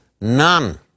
None